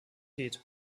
geht